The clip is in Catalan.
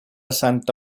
santa